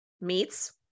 meats